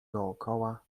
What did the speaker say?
dokoła